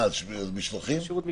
אני